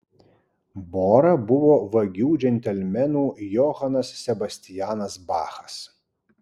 bora buvo vagių džentelmenų johanas sebastianas bachas